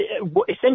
essentially